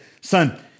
Son